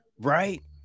right